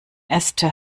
äste